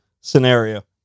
scenario